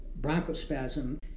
bronchospasm